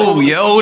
yo